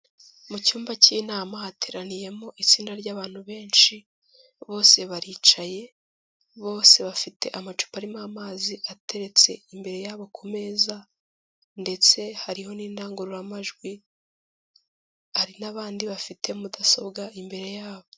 Mu cyumba cy'inama hateraniyemo itsinda ry'abantu benshi, bose baricaye, bose bafite amacupa arimo amazi ateretse imbere yabo ku meza ndetse hariho n'indangururamajwi, hari n'abandi bafite mudasobwa imbere yabo.